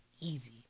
easy